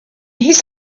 his